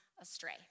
astray